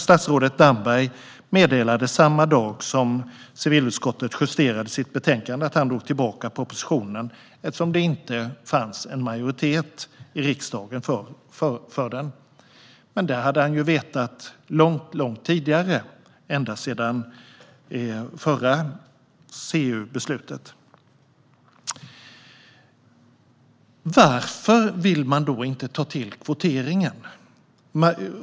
Statsrådet Damberg meddelade samma dag som civilutskottet justerade sitt betänkande att han drog tillbaka propositionen eftersom det inte fanns majoritet i riksdagen för den. Men det hade han ju vetat långt tidigare, ända sedan det förra CU-beslutet. Varför vill man då inte ta till kvotering?